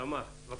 תמר זנדברג, בבקשה.